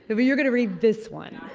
but but you're going to read this one.